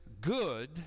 good